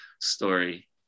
story